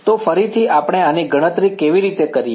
તો ફરીથી આપણે આની ગણતરી કેવી રીતે કરીએ